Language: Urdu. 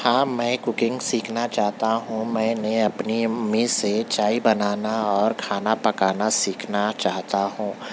ہاں میں کوکنگ سیکھنا چاہتا ہوں میں نے اپنی امی سے چائے بنانا اور کھانا پکانا سیکھنا چاہتا ہوں